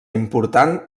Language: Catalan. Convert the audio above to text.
important